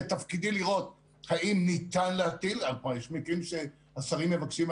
זה תפקידי לראות האם ניתן להטיל יש מקרים שהשרים מבקשים,